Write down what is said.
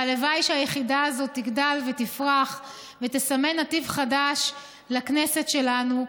והלוואי שהיחידה הזאת תגדל ותפרח ותסמן נתיב חדש לכנסת שלנו,